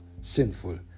sinful